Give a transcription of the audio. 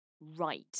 right